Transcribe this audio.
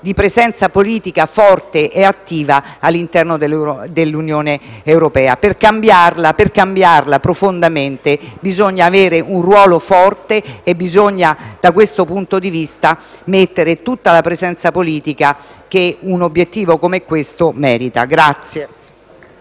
di presenza politica attiva all'interno dell'Unione europea: per cambiarla profondamente bisogna avere un ruolo forte e, da questo punto di vista, mettere tutta la presenza politica che un obiettivo come questo merita.